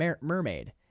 mermaid